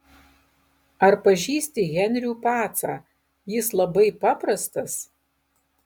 ar pažįsti henrių pacą jis labai paprastas